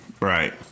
Right